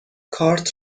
کارت